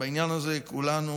בעניין הזה כולנו,